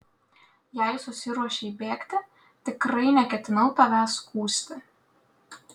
jei susiruošei bėgti tikrai neketinau tavęs skųsti